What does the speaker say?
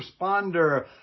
responder